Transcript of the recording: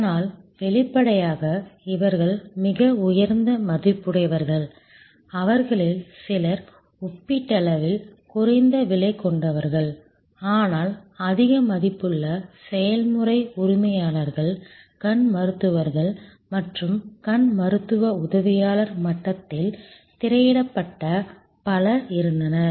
அதனால் வெளிப்படையாக இவர்கள் மிக உயர்ந்த மதிப்புடையவர்கள் அவர்களில் சிலர் ஒப்பீட்டளவில் குறைந்த விலை கொண்டவர்கள் ஆனால் அதிக மதிப்புள்ள செயல்முறை உரிமையாளர்கள் கண் மருத்துவர்கள் மற்றும் கண் மருத்துவ உதவியாளர் மட்டத்தில் திரையிடப்பட்ட பலர் இருந்தனர்